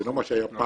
זה לא מה שהיה פעם.